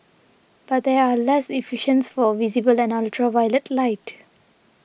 but they are less efficient for visible and ultraviolet light